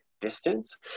distance